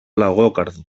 λαγόκαρδου